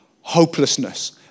Hopelessness